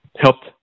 helped